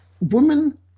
Women